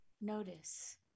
notice